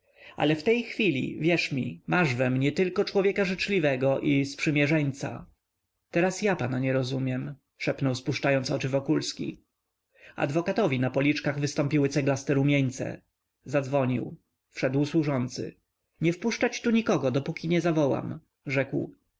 ale w tej chwili wierz mi masz we mnie tylko człowieka życzliwego i sprzymierzeńca teraz ja pana nie rozumiem szepnął spuszczając oczy wokulski adwokatowi na policzkach wystąpiły ceglaste rumieńce zadzwonił wszedł służący nie wpuszczać tu nikogo dopóki nie zawołam rzekł